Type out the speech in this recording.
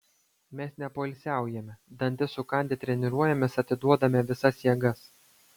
mes nepoilsiaujame dantis sukandę treniruojamės atiduodame visas jėgas